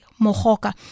Mohoka